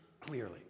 clearly